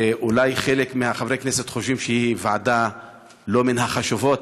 שאולי חלק מחברי הכנסת חושבים שהיא ועדה לא מן החשובות,